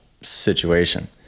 situation